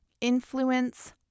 influence